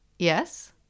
Yes